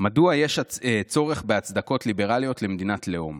מדוע יש צורך בהצדקות ליברליות למדינת לאום?